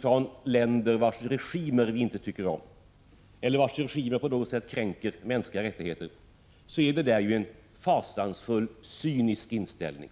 från länder vars regimer vi inte tycker om eller vars regimer på något sätt kränker mänskliga rättigheter, är detta ett uttryck för en fasansfullt cynisk inställning.